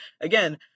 Again